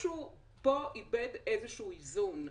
משהו פה איבד איזשהו איזון.